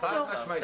אסור.